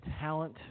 talent